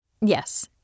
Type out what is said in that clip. Yes